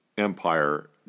empire